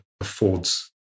affords